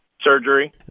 Surgery